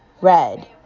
red